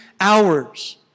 hours